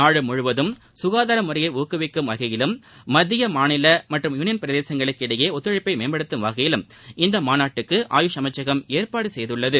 நாடு முழுவதும் ககாதார முறையயை ஊக்குவிக்கும் வகையிலும் மத்திய மாநில மற்றும் யூனியன் பிரதேசங்களுக்கு இடையே ஒத்துழைப்ப மேப்படுத்தும் வகையிலும் இந்த மாநாடுக்கு ஆயூஷ் அமைச்சகம் ஏற்பாடு செய்துள்ளது